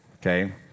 okay